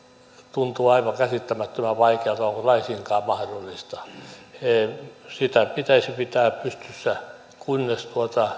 tuntuu aivan käsittämättömän vaikealta onko laisinkaan mahdollista sitä pitäisi pitää pystyssä kunnes